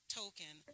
token